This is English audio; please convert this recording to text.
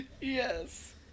Yes